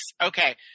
Okay